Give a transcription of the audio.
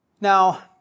Now